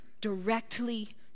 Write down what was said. directly